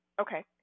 Okay